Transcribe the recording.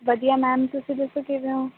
ਵਧੀਆ ਮੈਮ ਤੁਸੀਂ ਦੱਸੋ ਕਿਵੇਂ ਹੋ